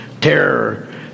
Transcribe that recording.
terror